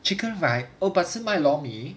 chicken rice but 是卖 lor mee